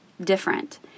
different